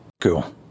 Cool